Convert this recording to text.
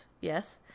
Yes